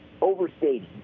overstating